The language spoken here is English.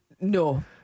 No